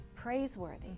praiseworthy